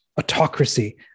autocracy